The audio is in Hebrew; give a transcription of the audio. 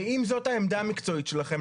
ואם זאת העמדה המקצועית שלכם,